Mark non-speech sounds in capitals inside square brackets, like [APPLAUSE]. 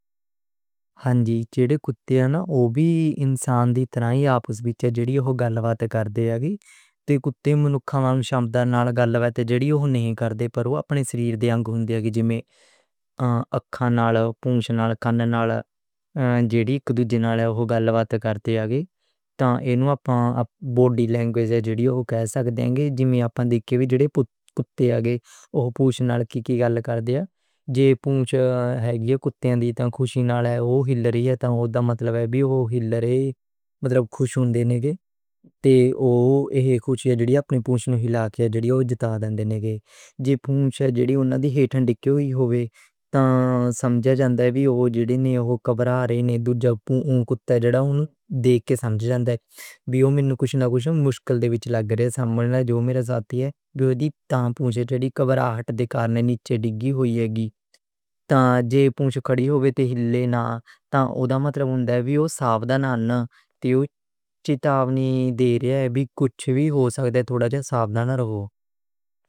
ہاں جی، جڑے کُتے نیں اوہ وی انسان دی طرح آپس وچ جُڑ کے گَلّ بات کردے نیں۔ تے کُتے انسانی مالکی خصوصیات نال گَلّ بات کردے نیں، جِھڑیے اوہو تھیں کردے نیں، پر اوہ اپنے جسم دے حصے اشاریاں نال کردے نیں۔ جیوں اکھ نال، پونچھ نال، کان نال، جِھڑیے کر کے گَلّ بات کردے نیں۔ تہ اس نوں آپا باڈی لینگویج جِھڑیے ہُن کہہ سکدے ہاں، جیوں آپا ویکھنا انگلش وِچ وی آپا کہہ سکدے اوہ پونچھ نال کی کی گَل کردا ہے۔ جے پونچھ کُتے دے خوشی نال ہِل رہی ہے تے اوہ دے [UNINTELLIGIBLE] مطلب خوش ہون دا ہوندا ہے تے اوہ ایہی خوشی جِھڑی اپنی پونچھ نوں ہِلا کے جتا دیندے نیں۔ جے پونچھ جِھڑی ہِٹھے ڈگی ہوئی ہووے تے سمجھیا جاندا اے اوہ جڑے نیں گبھرا رہے نیں۔ دوجا [UNINTELLIGIBLE] ویکھ کے سمجھ جاندا وی اوہ میں نوں کُجھ نہ کُجھ مشکل وِچ لگ رہیا سی۔ مان لو جو میرا ساتھی ہے جِھڑی تاں گھبراہٹ دِکھانے نال چڑھے گا۔ تے جے پونچھ کَڑی ہووے تے ہِلے نہ تے اوہ دا مطلب ایہو جا ہے ساودھان ہو رہو تے اوہ چیتاونی دے رہا ہے، ایہ وی کُجھ وی ہو سکدا ہے، تھوڑا جا ساودھان رہو۔